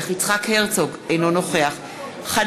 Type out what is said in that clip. אינו נוכח יצחק הרצוג,